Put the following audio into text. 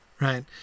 right